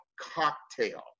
cocktail